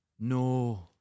No